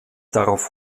darauf